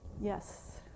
Yes